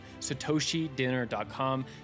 satoshidinner.com